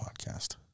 podcast